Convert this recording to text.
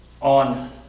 on